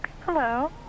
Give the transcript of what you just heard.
hello